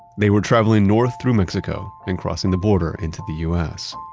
they were traveling north through mexico and crossing the border into the u s.